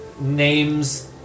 names